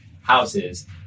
houses